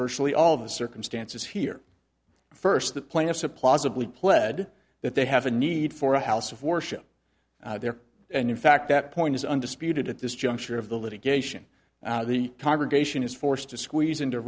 virtually all of the circumstances here first the plaintiffs a plausible he pled that they have a need for a house of worship there and in fact that point is undisputed at this juncture of the litigation the congregation is forced to squeeze into